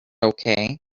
okay